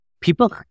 People